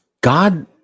god